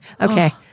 okay